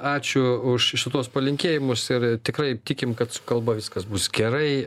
ačiū už šituos palinkėjimus ir tikrai tikim kad su kalba viskas bus gerai